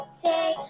say